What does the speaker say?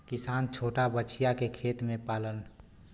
किसान छोटा बछिया के खेत में पाललन